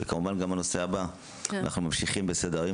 אנחנו ממשיכים בסדר-היום,